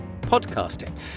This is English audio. Podcasting